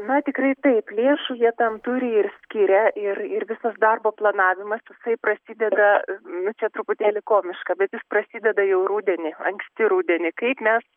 na tikrai taip lėšų jie tam turi ir skiria ir ir visas darbo planavimas jisai prasideda nu čia truputėlį komiška bet jis prasideda jau rudenį anksti rudenį kaip mes